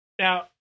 Now